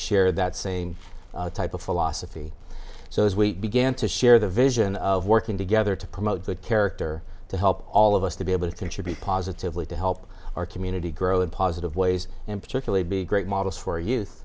share that same type of philosophy so as we began to share the vision of working together to promote the character to help all of us to be able to contribute positively to help our community grow in positive ways and particularly be great models for youth